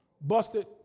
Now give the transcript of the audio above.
Busted